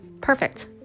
perfect